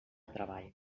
treball